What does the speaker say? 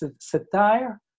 satire